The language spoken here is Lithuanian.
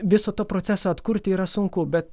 visa to procesą atkurti yra sunku bet